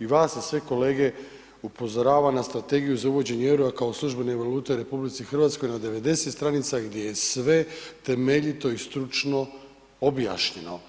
i vas i sve kolege upozorava za strategiju za uvođenje EUR-a kao službene valute u RH na 90 stranica gdje je sve temeljito i stručno objašnjeno.